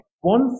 One